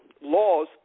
laws